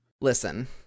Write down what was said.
Listen